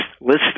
list